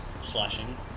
Slashing